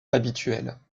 habituelles